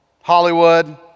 Hollywood